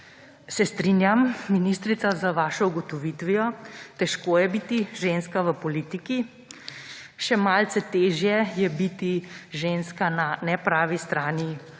se strinjam, ministrica, z vašo ugotovitvijo, težko je biti ženska v politiki, še malce težje je biti ženska na nepravi strani politike